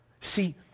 See